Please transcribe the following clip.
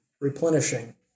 replenishing